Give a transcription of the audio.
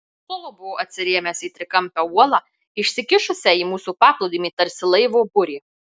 solo buvo atsirėmęs į trikampę uolą išsikišusią į mūsų paplūdimį tarsi laivo burė